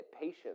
patience